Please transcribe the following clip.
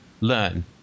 learn